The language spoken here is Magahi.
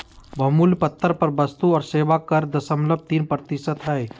बहुमूल्य पत्थर पर वस्तु और सेवा कर दशमलव तीन प्रतिशत हय